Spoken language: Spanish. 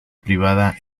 privada